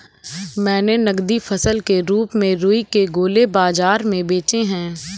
मैंने नगदी फसल के रूप में रुई के गोले बाजार में बेचे हैं